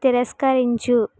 తిరస్కరించు